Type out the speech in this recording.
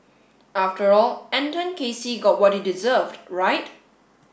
after all Anton Casey got what he deserved right